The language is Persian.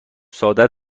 سادش